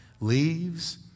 Leaves